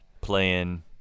playing